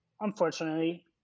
unfortunately